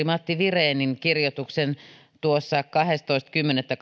matti virenin kirjoituksen kahdestoista kymmenettä